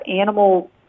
animal